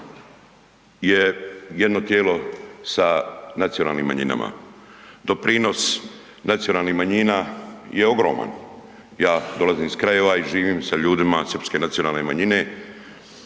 je jedno tijelo sa nacionalnim manjinama. Doprinos nacionalnih manjina je ogroman, ja dolazim iz krajeva i živim sa ljudima srpske nacionalne manjine